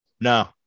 No